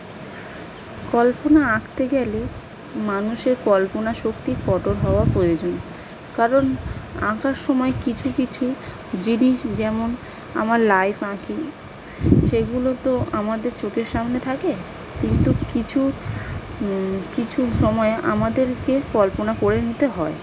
কল্পনা আঁকতে গেলে মানুষের কল্পনা শক্তি কঠোর হওয়া প্রয়োজন কারণ আঁকার সময় কিছু কিছু জিনিস যেমন আমার লাইফ আঁকি সেগুলো তো আমাদের চোখের সামনে থাকে তো কিছু কিছু সময় আমাদেরকে কল্পনা করে নিতে হয়